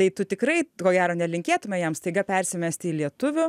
tai tu tikrai ko gero nelinkėtume jam staiga persimesti į lietuvių